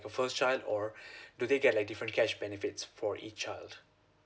the first child or do they get like different cash benefits for each child